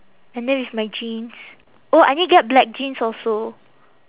and then with my jeans oh I need get black jeans also